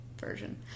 version